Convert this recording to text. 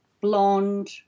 blonde